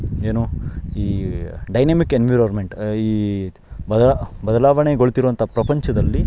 ಏನು ಈ dynamic environment ಈ ಬದಲ ಬದಲಾವಣೆಗೊಳ್ತಿರುವಂಥ ಪ್ರಪಂಚದಲ್ಲಿ